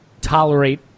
tolerate